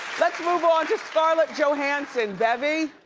let's move on to scarlett johannson, bevy?